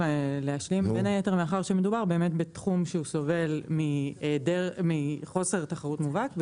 מדובר בתחום שסובל מחוסר תחרות מובהק,